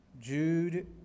Jude